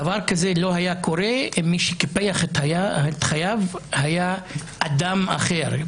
דבר כזה לא היה קורה אם מי שקיפח את חייו היה אדם אחר,